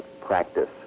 practice